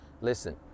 Listen